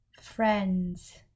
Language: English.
friends